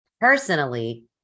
personally